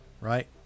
Right